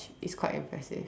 is quite impressive